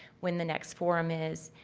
when the next forum is,